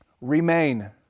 remain